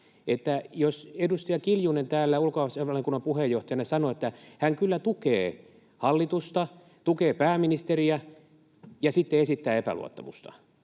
Jos edustaja Kiljunen täällä ulkoasiainvaliokunnan puheenjohtajana sanoo, että hän kyllä tukee hallitusta, tukee pääministeriä, ja sitten esittää epäluottamusta